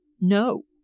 no.